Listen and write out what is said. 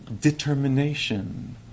determination